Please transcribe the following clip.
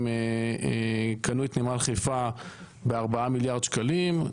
הם קנו את נמל חיפה ב-4 מיליארד שקלים,